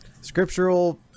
scriptural